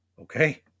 Okay